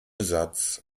satz